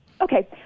Okay